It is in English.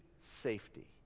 safety